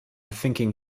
thinking